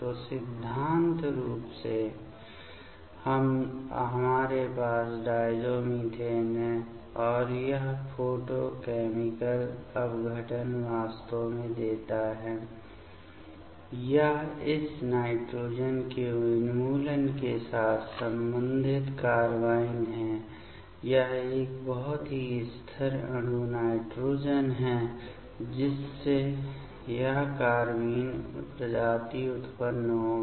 तो सिद्धांत रूप में हमारे पास डायज़ोमिथेन है और यह फोटोकैमिकल अपघटन वास्तव में देता है यह इस नाइट्रोजन के उन्मूलन के साथ संबंधित कार्बाइन है यह एक बहुत ही स्थिर अणु नाइट्रोजन है जिससे यह कार्बाइन प्रजाति उत्पन्न होगी